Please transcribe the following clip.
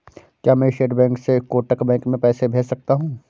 क्या मैं State Bank से कोटक बैंक में पैसे भेज सकता हूँ?